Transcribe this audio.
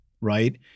right